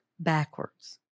backwards